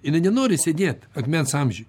jinai nenori sėdėt akmens amžiuj